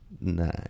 No